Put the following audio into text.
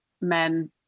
men